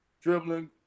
dribbling